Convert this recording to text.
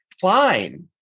fine